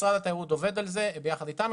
משרד התיירות עובד על זה ביחד איתנו,